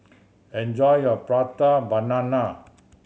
enjoy your Prata Banana